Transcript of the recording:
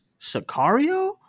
Sicario